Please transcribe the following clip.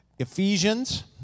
Ephesians